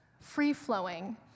free-flowing